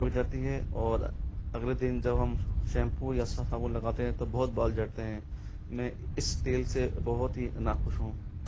चिपक जाती है और अगले दिन जब हम शैंपू या साबुन लगाते हैं तो बहुत बाल झड़ते हैं मैं इस तेल से बहुत ही नाख़ुश हूँ